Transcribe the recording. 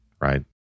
right